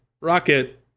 rocket